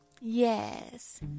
Yes